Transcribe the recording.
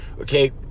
okay